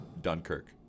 Dunkirk